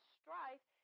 strife